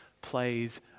plays